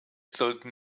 sollten